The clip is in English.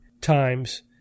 times